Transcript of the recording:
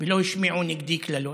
ולא השמיעו נגדי קללות.